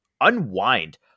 unwind